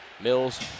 Mills